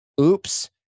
oops